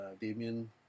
Damien